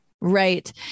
Right